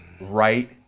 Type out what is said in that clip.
right